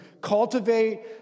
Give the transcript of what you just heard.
cultivate